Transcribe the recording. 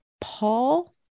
Paul